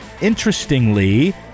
interestingly